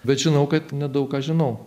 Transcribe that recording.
bet žinau kad nedaug ką žinau